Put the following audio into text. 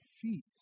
feet